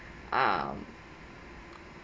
um